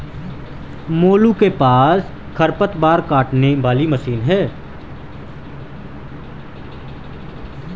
मोलू के पास खरपतवार काटने वाली मशीन है